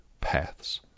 paths